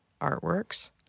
artworks